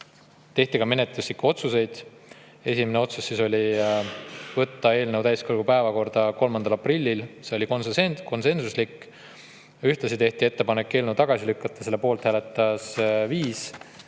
tehti ka menetluslikud otsused. Esimene otsus oli võtta eelnõu täiskogu päevakorda 3. aprillil, see oli konsensuslik. Ühtlasi tehti ettepanek eelnõu tagasi lükata. Selle poolt hääletas 5